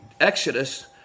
Exodus